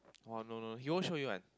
!wah! no no he won't show you one